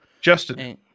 Justin